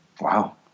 Wow